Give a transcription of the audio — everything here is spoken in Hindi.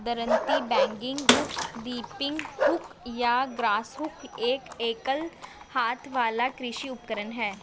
दरांती, बैगिंग हुक, रीपिंग हुक या ग्रासहुक एक एकल हाथ वाला कृषि उपकरण है